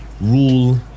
rule